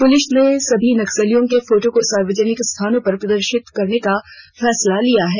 police ने सभी नक्सलियों के फोटो को सार्वजनिक स्थलों पर प्रदर्शित करने का फैसला लिया है